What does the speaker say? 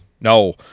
No